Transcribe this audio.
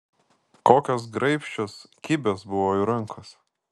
kokios graibščios kibios buvo jų rankos